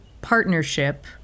partnership